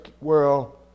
world